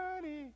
money